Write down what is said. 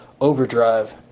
Overdrive